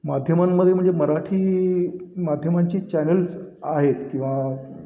माध्यमांमध्ये म्हणजे मराठी माध्यमांची चॅनल्स आहेत किंवा